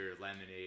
lemonade